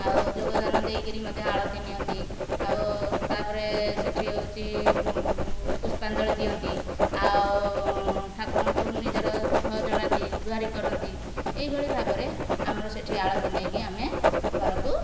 ଆଉ ଯୋଗଦାନ ଦେଇକରି ମଧ୍ୟ ଆଳତି ନିଅନ୍ତି ଆଉ ତା'ପରେ ସେହିଠି ହେଉଛି ପୁଷ୍ପାଞ୍ଜଳି ଦିଅନ୍ତି ଆଉ ଠାକୁରଙ୍କୁ ନିଜର ଦୁଃଖ ଜଣାନ୍ତି ଗୁହାରି କରନ୍ତି ଏହିଭଳି ଭାବରେ ଆମର ସେହିଠି ଆଳତି ନେଇକି ଆମେ ଘରକୁ